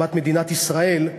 הקמת מדינת ישראל.